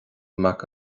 mac